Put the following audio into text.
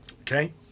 okay